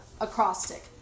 acrostic